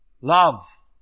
Love